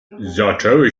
zaczęły